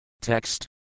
Text